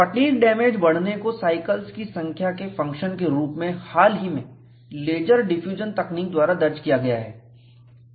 fatigue damage बढ़ने को cycles की संख्या के फंक्शन के रूप में हाल ही में लेजर डिफ्यूजन तकनीक द्वारा दर्ज किया गया है